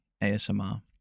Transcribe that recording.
ASMR